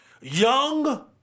young